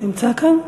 נמצא כאן?